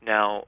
Now